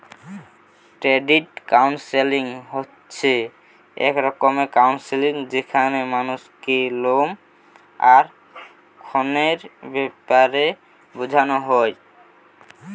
credit counselling হচ্ছে এক রকমের কাউন্সেলিং যেখানে মানুষকে লোন আর ঋণের বেপারে বুঝানা হয়